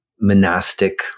monastic